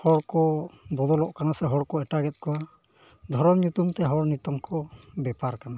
ᱦᱚᱲ ᱠᱚ ᱵᱚᱫᱚᱞᱚᱜ ᱠᱟᱱᱟ ᱥᱮ ᱦᱚᱲ ᱠᱚ ᱮᱴᱟᱜᱮᱫ ᱠᱚᱣᱟ ᱫᱷᱚᱨᱚᱢ ᱧᱩᱛᱩᱢᱛᱮ ᱦᱚᱲ ᱱᱤᱛᱚᱜ ᱠᱚ ᱵᱮᱯᱟᱨ ᱠᱟᱱᱟ